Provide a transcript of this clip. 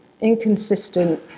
inconsistent